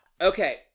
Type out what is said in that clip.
Okay